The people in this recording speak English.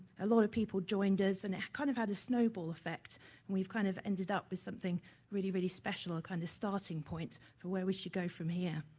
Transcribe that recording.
a lot of people joined us and kind of had a snowball effect and we've kind of ended up with something really, really special, kind of starting point from where we should go from here.